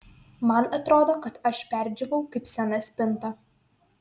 man atrodo kad aš perdžiūvau kaip sena spinta